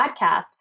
podcast